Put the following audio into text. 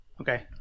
Okay